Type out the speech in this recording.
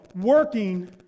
working